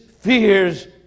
fears